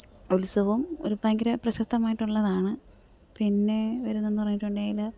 ഉത്സവവും ഒരു ഭയങ്കര പ്രശസ്തമായിട്ടുള്ളതാണ് പിന്നെ വരുന്നതെന്ന് പറഞ്ഞിട്ടുണ്ടെങ്കിൽ